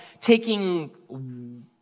taking